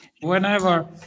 Whenever